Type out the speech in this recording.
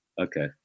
Okay